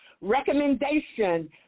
recommendation